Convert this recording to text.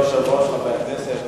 אדוני היושב-ראש, חברי הכנסת,